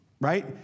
right